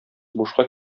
бушка